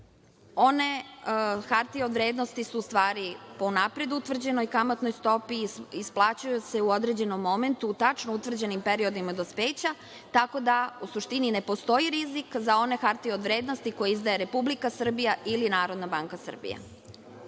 One hartije od vrednosti se u stvari po unapred utvrđenoj kamatnoj stopi isplaćuju u određenom momentu, u tačno utvrđenim periodima dospeća, tako da u suštini ne postoji rizik za one hartije od vrednosti koje izdaje Republika Srbija ili Narodna banka Srbije.